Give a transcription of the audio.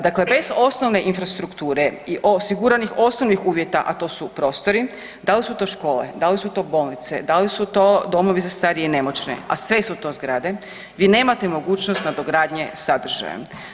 Dakle, bez osnovne infrastrukture i osiguranih osnovnih uvjeta, a to su prostori, da li su to škole, da li su to bolnice, da li su to domovi za starije i nemoćne, a sve su to zgrade, vi nemate mogućnost nadogradnje sadržaja.